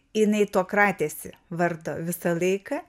jinai to kratėsi vardo visą laiką